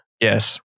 Yes